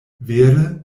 vere